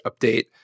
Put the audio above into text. update